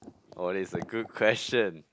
oh that's a good question